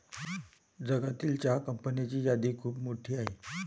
जगातील चहा कंपन्यांची यादी खूप मोठी आहे